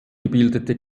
gebildete